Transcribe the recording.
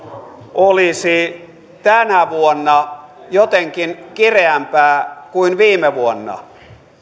olisi tänä vuonna jotenkin kireämpää kuin viime vuonna